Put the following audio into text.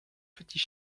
petit